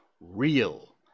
real